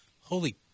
holy